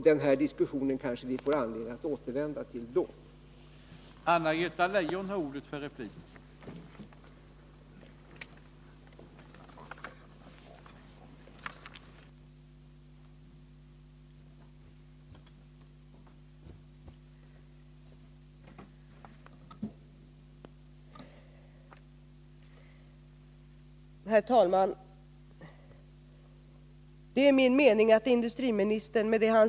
Denna diskussion kanske vi får anledning att återvända till när den propositionen behandlas.